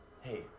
hey